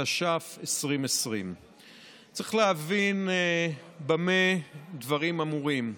התש"ף 2020. צריך להבין במה דברים אמורים: